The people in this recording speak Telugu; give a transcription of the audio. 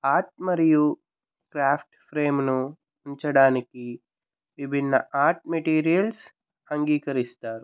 ఆర్ట్ మరియు క్రాఫ్ట్ ఫ్రేమ్ను ఉంచడానికి విభిన్న ఆర్ట్ మెటీరియల్స్ అంగీకరిస్తారు